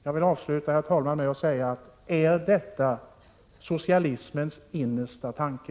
Jag vill-avsluta med att fråga: Är detta socialismens innersta tanke?